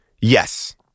Yes